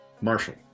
Marshall